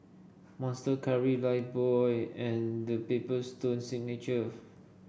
Monster Curry Lifebuoy and The Paper Stone Signature